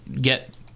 get